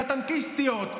לטנקיסטיות,